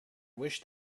wish